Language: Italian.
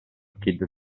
kid